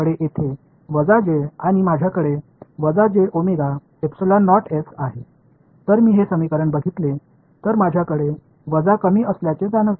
எனவே மைனஸைக் காணவில்லை என்ற உணர்வு இருப்பதைப் பார்ப்போம் இந்த சமன்பாடுகளைப் பார்த்தால் இங்கே ஒரு கூடுதல் மைனஸ் அடையாளம் இருக்கிறது